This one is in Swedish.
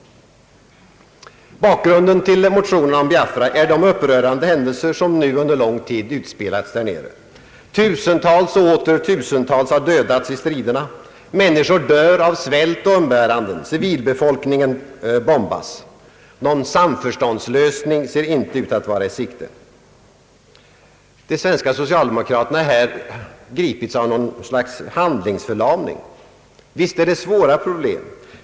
Bakgrunden till motionen om Biafra är de upprörande händelser som under lång tid utspelats därnere. Tusental och åter tusental har dödats i striderna. Människor dör av svält och umbäranden, civilbefolkningen bombas. Någon samförståndslösning ser inte ut att vara i sikte. De svenska socialdemokraterna har här gripits av något slags handlingsförlamning. Visst är det svåra problem.